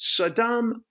Saddam